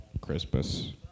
Christmas